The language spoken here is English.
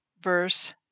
verse